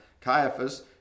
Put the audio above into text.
Caiaphas